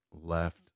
left